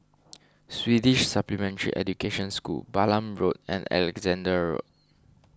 Swedish Supplementary Education School Balam Road and Alexandra Road